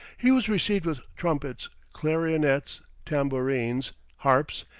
he was received with trumpets, clarionets, tambourines, harps,